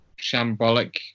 shambolic